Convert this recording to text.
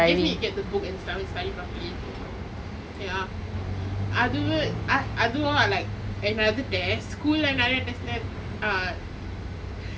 just need to get the book and stuff and study properly ya அதுவு அதுவும்:athuvu athuvom like another test school லே நிறைய:le niraiya test லே:le